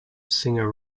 singer